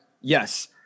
yes